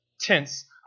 Tense